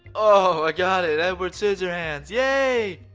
ohhh, i got it. edward scissorhands. yay!